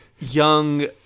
Young